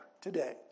today